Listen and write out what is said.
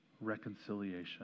reconciliation